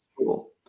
school